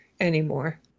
anymore